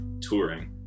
touring